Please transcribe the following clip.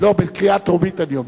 בקריאה טרומית אני אומר.